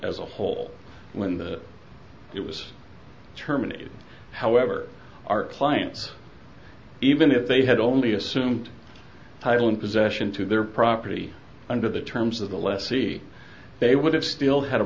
as a whole when that it was terminated however our clients even if they had only assumed title in possession to their property under the terms of the lessee they would have still had a